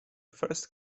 first